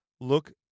Look